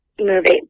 movie